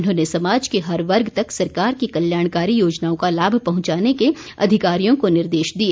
उन्होंने समाज के हर वर्ग तक सरकार की कल्याणकारी योजनाओं का लाभ पहुंचाने के अधिकारियों को निर्देश दिए